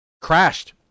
crashed